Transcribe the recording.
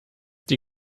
die